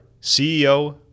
CEO